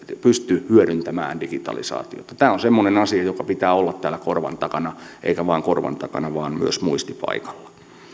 pysty hyödyntämään digitalisaatiota tämä on semmoinen asia jonka pitää olla täällä korvan takana eikä vain korvan takana vaan myös muistipaikalla